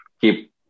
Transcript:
keep